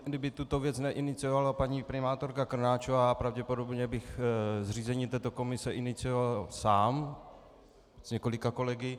Kdyby tuto věc neiniciovala paní primátorka Krnáčová, pravděpodobně bych zřízení této komise inicioval já sám s několika kolegy.